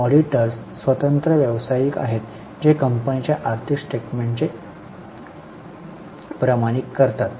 auditors स्वतंत्र व्यावसायिक आहेत जे कंपनीच्या आर्थिक स्टेटमेन्टचे प्रमाणित करतात